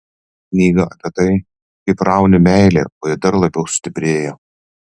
knyga apie tai kaip rauni meilę o ji dar labiau stiprėja